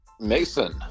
mason